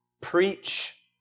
preach